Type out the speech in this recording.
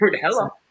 Hello